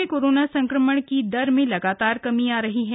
प्रदेश में कोरोना संक्रमण की दर में लगातार कमी आ रही है